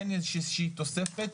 כן יש איזושהי תוספת,